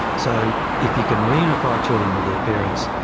so if you can reunify children with their parents,